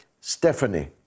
Stephanie